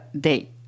day